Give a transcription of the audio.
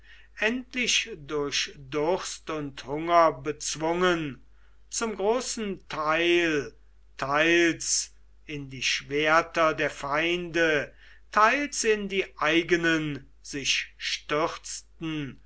endlich durch durst und hunger bezwungen zum großen teil teils in die schwerter der feinde teils in die eigenen sich stürzten